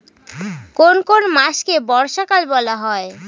কোন কোন মাসকে বর্ষাকাল বলা হয়?